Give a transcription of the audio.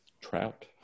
Trout